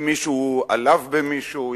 אם מישהו עלב במישהו,